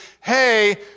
hey